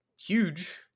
huge